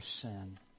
sin